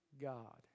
God